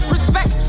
Respect